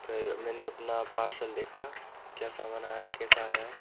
फिर मैंने अपना पार्सल देखा क्या समान आया कैसा आया है